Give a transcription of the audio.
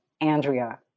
Andrea